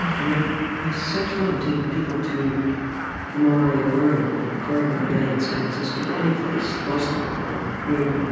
and i have such fun taking people to the monterey aquarium or the aquarium of the bay in san francisco or anyplace boston aquarium, new england